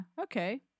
okay